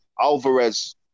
Alvarez